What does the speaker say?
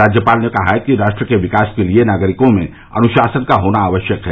राज्यपाल ने कहा कि राष्ट्र के विकास के लिए नागरिकों में अनुशासन का होना आवश्यक है